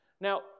Now